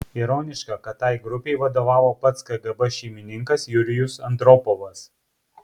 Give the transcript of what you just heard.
ironiška kad tai grupei vadovavo pats kgb šeimininkas jurijus andropovas